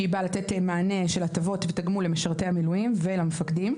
שבאה לתת מענה של הטבות ותגמול למשרתי המילואים ולמפקדים.